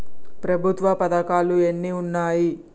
ప్రభుత్వ పథకాలు ఎన్ని ఉన్నాయి?